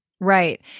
Right